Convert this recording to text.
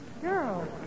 Girl